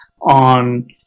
on